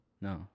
No